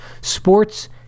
sports